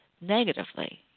negatively